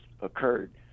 occurred